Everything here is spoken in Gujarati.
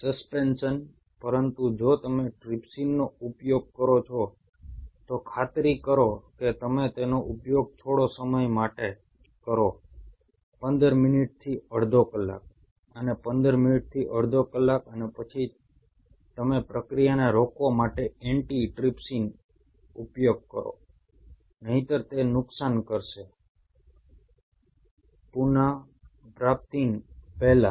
સસ્પેન્શન પરંતુ જો તમે ટ્રિપ્સિનનો ઉપયોગ કરો છો તો ખાતરી કરો કે તમે તેનો ઉપયોગ થોડા સમય માટે કરો 15 મિનિટથી અડધો કલાક અને 15 મિનિટથી અડધો કલાક અને પછી તમે પ્રક્રિયાને રોકવા માટે એન્ટિ ટ્રિપ્સિનનો ઉપયોગ કરો નહિંતર તે નુકસાન કરશે પુનપ્રાપ્તિન પહેલા